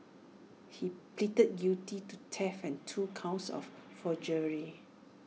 he pleaded guilty to theft and two counts of forgery